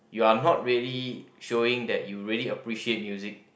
you are not really showing that you really appreciate music